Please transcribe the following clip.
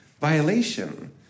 violation